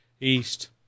East